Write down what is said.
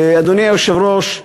אדוני היושב-ראש,